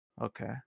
okay